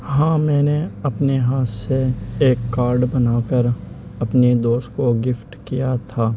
ہاں میں نے اپنے ہاتھ سے ایک کاڈ بنا کر اپنے دوست کو گفٹ کیا تھا